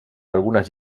algunes